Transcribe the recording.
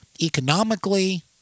economically